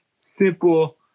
simple